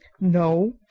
No